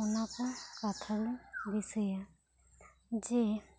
ᱚᱱᱟ ᱠᱚ ᱠᱟᱛᱷᱟ ᱫᱚᱧ ᱫᱤᱥᱟᱹᱭᱟ ᱡᱮ